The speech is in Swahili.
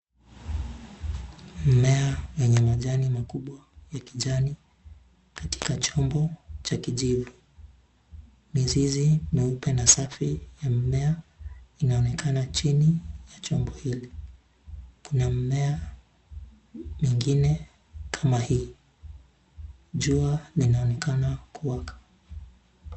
Mmea mwenye majani makubwa ya kijani, katika chombo cha kijivu. Mizizi mieupe na safi ya mmea inaonekana chini ya chombo hili .Kuna mmea mingine kama hii . Jua linaonekana kuwaka.